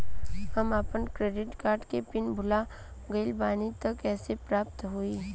हम आपन credit card के पिन भुला गइल बानी त कइसे प्राप्त होई?